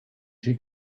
she